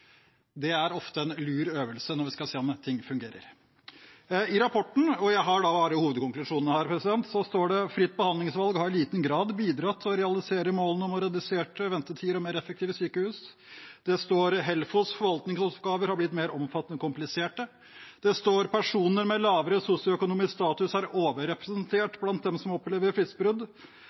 Det er ofte en lur øvelse når vi skal se om ting fungerer. I rapporten – og jeg har hovedkonklusjonene her – står det: «FBV har i liten grad bidratt til å realisere målene om reduserte ventetider og mer effektive sykehus.» Det står videre: «HELFOs forvaltningsoppgaver har blitt mer omfattende og kompliserte Det står videre: «Personer med lavere sosioøkonomisk status er overrepresentert blant dem som opplever fristbrudd.»